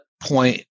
point